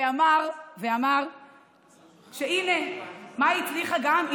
ואמר שהינה, במה היא הצליחה גם?